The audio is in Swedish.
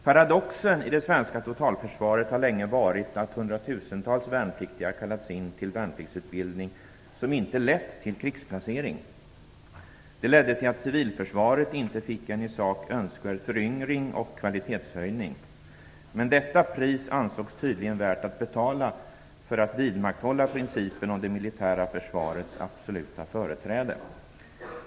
Paradoxen i det svenska totalförsvaret har länge varit att hundratusentals värnpliktiga har kallats in till en värnpliktsutbildning som inte har lett till någon krigsplacering. Det ledde till att civilförsvaret inte fick en i sak önskvärd föryngring och kvalitetshöjning. Men detta pris ansåg man tydligen vara värt att betala för att vidmakthålla principen om det militära försvarets absoluta företräde.